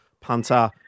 punter